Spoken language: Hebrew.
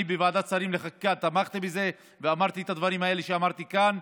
אני בוועדת השרים לחקיקה תמכתי בזה ואמרתי את הדברים האלה שאמרתי כאן,